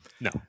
no